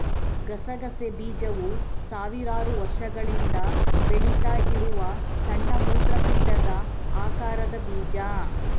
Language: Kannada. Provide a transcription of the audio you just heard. ಗಸಗಸೆ ಬೀಜವು ಸಾವಿರಾರು ವರ್ಷಗಳಿಂದ ಬೆಳೀತಾ ಇರುವ ಸಣ್ಣ ಮೂತ್ರಪಿಂಡದ ಆಕಾರದ ಬೀಜ